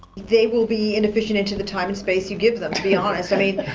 they will be inefficient into the time and space you give them, to be honest. i mean,